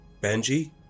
Benji